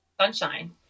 sunshine